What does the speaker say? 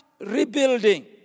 rebuilding